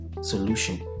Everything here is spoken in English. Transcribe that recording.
solution